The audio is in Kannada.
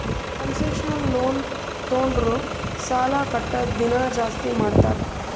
ಕನ್ಸೆಷನಲ್ ಲೋನ್ ತೊಂಡುರ್ ಸಾಲಾ ಕಟ್ಟದ್ ದಿನಾ ಜಾಸ್ತಿ ಮಾಡ್ತಾರ್